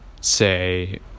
say